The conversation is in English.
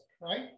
right